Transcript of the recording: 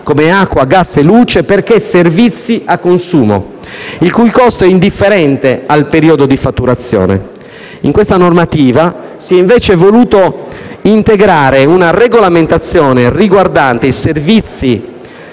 come acqua, gas e luce, perché servizi a consumo, il cui costo è indifferente al periodo di fatturazione. In questa normativa si è invece voluta integrare una regolamentazione riguardante i servizi